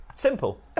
Simple